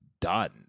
done